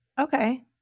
Okay